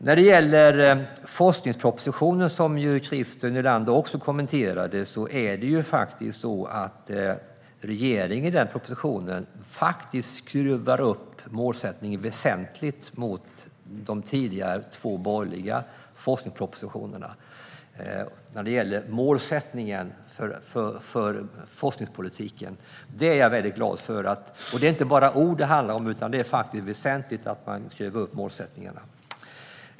När det gäller forskningspropositionen, som ju Christer Nylander också kommenterade, skruvar regeringen upp målsättningen för forskningspolitiken väsentligt mot de tidigare två borgerliga forskningspropositionerna. Det är jag väldigt glad över. Det handlar inte bara om ord, utan det är väsentligt att man skruvar upp målsättningarna.